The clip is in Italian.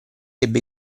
ebbe